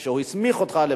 התשע"ב 2012,